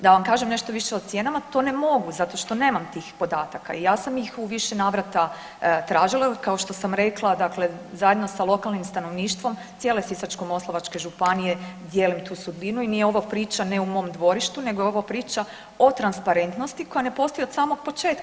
Da vam kažem nešto više o cijenama to ne mogu zato što nemam tih podataka i ja sam ih u više navrata tražila, kao što sam rekla dakle zajedno sa lokalnim stanovništvom cijene Sisačko-moslavačke županije dijelim tu sudbinu i nije ovo priča ne u mom dvorištu, nego je ovo priča o transparentnosti koja ne postoji od samog početka.